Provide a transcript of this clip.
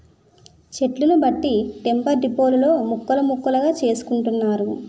చెట్లను బట్టి టింబర్ డిపోలలో ముక్కలు ముక్కలుగా చేసుకుంటున్నారు